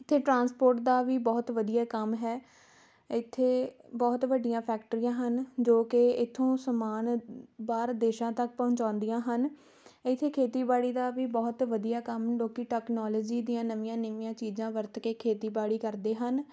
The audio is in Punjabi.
ਇੱਥੇ ਟਰਾਂਸਪੋਰਟ ਦਾ ਵੀ ਬਹੁਤ ਵਧੀਆ ਕੰਮ ਹੈ ਇੱਥੇ ਬਹੁਤ ਵੱਡੀਆਂ ਫੈਕਟਰੀਆਂ ਹਨ ਜੋ ਕਿ ਇੱਥੋਂ ਸਮਾਨ ਬਾਹਰ ਦੇਸ਼ਾਂ ਤੱਕ ਪਹੁੰਚਾਉਂਦੀਆਂ ਹਨ ਇੱਥੇ ਖੇਤੀਬਾੜੀ ਦਾ ਵੀ ਬਹੁਤ ਵਧੀਆ ਕੰਮ ਲੋਕ ਟੈਕਨੋਲਜੀ ਦੀਆਂ ਨਵੀਆਂ ਨਵੀਆਂ ਚੀਜ਼ਾਂ ਵਰਤ ਕੇ ਖੇਤੀਬਾੜੀ ਕਰਦੇ ਹਨ